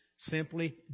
simply